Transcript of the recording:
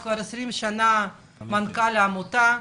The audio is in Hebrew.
כבר 20 שנה מנכ"ל העמותה.